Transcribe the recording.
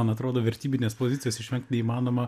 man atrodo vertybinės pozicijos išvengt neįmanoma